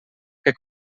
que